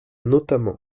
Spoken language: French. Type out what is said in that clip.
notamment